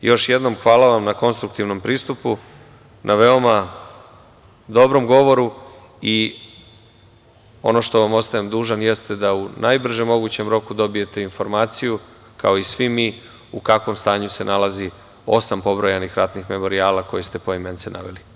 Još jednom, hvala vam na konstruktivnom pristupu, na veoma dobrom govoru i ono što vam ostajem dužan jeste da u najbržem mogućem roku dobijete informaciju, kao i svi mi, u kakvom stanju se nalazi osam pobrojanih ratnih memorijala koje ste poimence naveli.